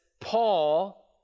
Paul